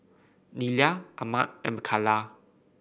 Nelia Ahmed and Micaela